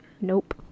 nope